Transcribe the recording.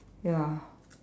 ya